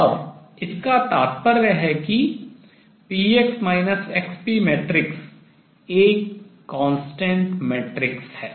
और इसका तात्पर्य है कि px xp मैट्रिक्स एक constant matrix अचर मैट्रिक्स है